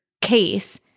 case